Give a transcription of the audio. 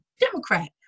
Democrat